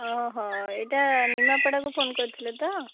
ଓହୋ ଏଇଟା ନିମାପଡ଼ାକୁ ଫୋନ୍ କରିଥିଲେ ତ